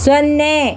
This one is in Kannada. ಸೊನ್ನೆ